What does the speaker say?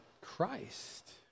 Christ